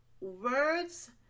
words